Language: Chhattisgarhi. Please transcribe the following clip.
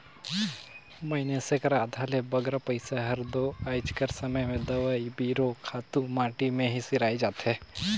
मइनसे कर आधा ले बगरा पइसा हर दो आएज कर समे में दवई बीरो, खातू माटी में ही सिराए जाथे